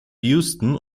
houston